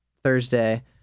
Thursday